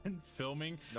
filming